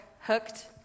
Hooked